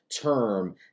term